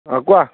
অঁ কোৱা